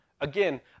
Again